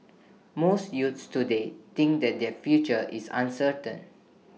most youths today think that their future is uncertain